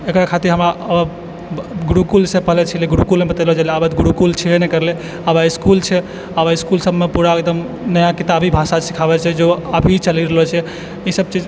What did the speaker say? एकरा खातिर हमरा गुरुकुल से पहिले छलै गुरुकुल मे बतेलो जाइ छलै आब छैबे नहि करलै आब इसकुल छै आब इसकुल सबमे पुरा एकदम नया किताबी भाषा सिखाबै छै जे अभी चलि रहलो छै ई सब चीज